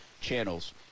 channels